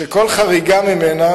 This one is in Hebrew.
שכל חריגה ממנה,